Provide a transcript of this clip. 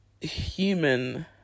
human